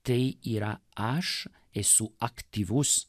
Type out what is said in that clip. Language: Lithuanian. tai yra aš esu aktyvus